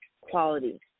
quality